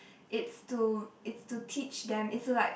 it's to it's to teach them it's to like